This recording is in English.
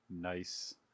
nice